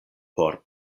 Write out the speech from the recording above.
por